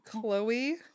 Chloe